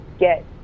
get